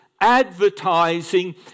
advertising